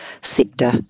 sector